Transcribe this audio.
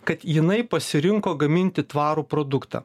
kad jinai pasirinko gaminti tvarų produktą